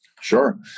Sure